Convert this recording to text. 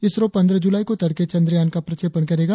इसरो पंद्रह जुलाई को तड़के चंद्रयान का प्रक्षेपण करेगा